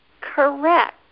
Correct